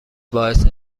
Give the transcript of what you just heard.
باعث